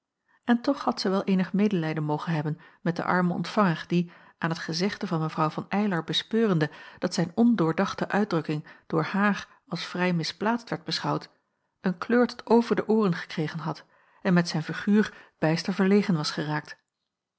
en toch had zij wel eenig medelijden mogen hebben met den armen ontvanger die aan het gezegde van mw van eylar bespeurende dat zijn ondoordachte uitdrukking door haar als vrij misplaatst werd beschouwd een kleur tot over de ooren gekregen had en met zijn figuur bijster verlegen was geraakt